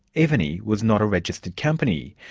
evony was not a registered company.